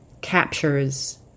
captures